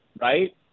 right